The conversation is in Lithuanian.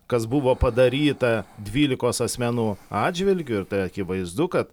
kas buvo padaryta dvylikos asmenų atžvilgiu ir tai akivaizdu kad